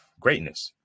greatness